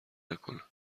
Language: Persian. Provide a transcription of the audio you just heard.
نکنه